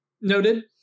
Noted